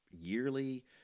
yearly